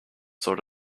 sort